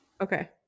okay